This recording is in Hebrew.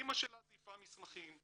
אמא שלה זייפה מסמכים,